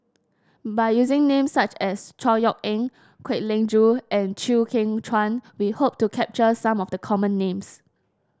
by using names such as Chor Yeok Eng Kwek Leng Joo and Chew Kheng Chuan we hope to capture some of the common names